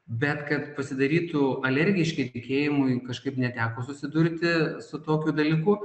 bet kad pasidarytų alergiški tikėjimui kažkaip neteko susidurti su tokiu dalyku